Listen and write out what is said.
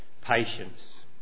patience